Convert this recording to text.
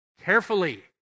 Carefully